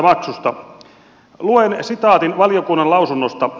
luen sitaatin valiokunnan lausunnosta